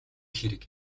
хэрэг